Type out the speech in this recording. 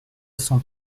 cent